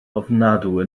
ofnadwy